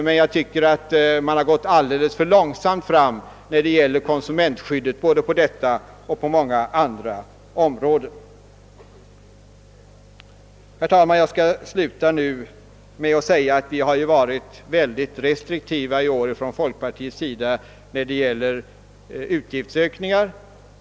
Men jag tycker att man har gått alldeles för långsamt fram vad beträffar konsumentskyddet, både på detta och på andra områden. Herr talman! Jag skall nu sluta med att säga att vi från folkpartiets sida har varit mycket restriktiva i fråga om utgiftsökningar.